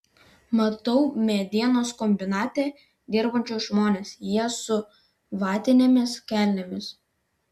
matau medienos kombinate dirbančius žmones jie su vatinėmis kelnėmis